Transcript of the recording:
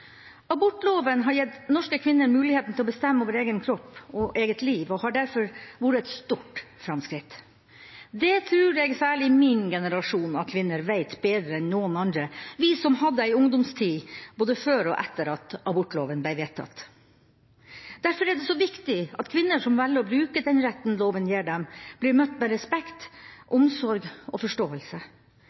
Abortloven har gitt norske kvinner muligheten til å bestemme over egen kropp og eget liv og har derfor vært et stort framskritt. Det tror jeg særlig min generasjon av kvinner veit bedre enn noen andre, vi som hadde ei ungdomstid både før og etter at abortloven blei vedtatt. Derfor er det så viktig at kvinner som velger å bruke den retten loven gir dem, blir møtt med respekt, omsorg og forståelse.